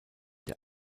der